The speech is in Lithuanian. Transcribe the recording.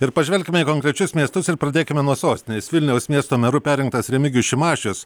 ir pažvelkime į konkrečius miestus ir pradėkime nuo sostinės vilniaus miesto meru perrinktas remigijus šimašius